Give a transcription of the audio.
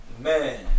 man